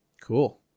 Cool